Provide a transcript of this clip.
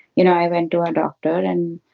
you know, i went to a doctor and